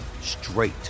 straight